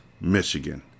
Michigan